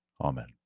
Amen